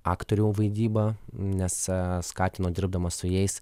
aktorių vaidybą nes a skatinau dirbdamas su jais